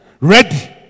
Ready